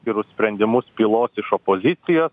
gerus sprendimus pylos iš opozicijos